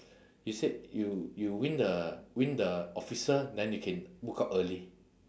he said you you win the win the officer then you can book out early